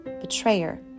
betrayer